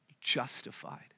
justified